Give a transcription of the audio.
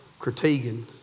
critiquing